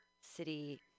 City